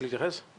על